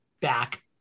back